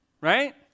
right